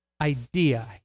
idea